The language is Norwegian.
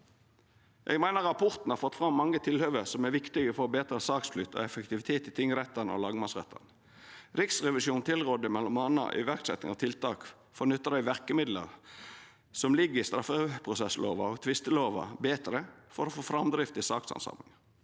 Eg meiner rapporten har fått fram mange tilhøve som er viktige for betre saksflyt og effektivitet i tingrettane og lagmannsrettane. Riksrevisjonen tilrådde m.a. iverksetjing av tiltak for å nytta dei verkemidla som ligg i straffeprosesslova og tvistelova, betre, for å få framdrift i sakshandsaminga.